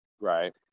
right